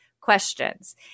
questions